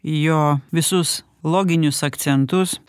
jo visus loginius akcentus